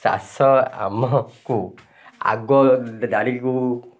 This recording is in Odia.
ଚାଷ ଆମକୁ ଆଗ ଧାଡ଼ିକୁ